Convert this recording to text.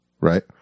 Right